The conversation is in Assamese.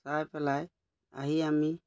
চাই পেলাই আহি আমি